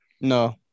No